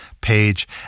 Page